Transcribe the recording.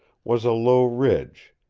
was a low ridge,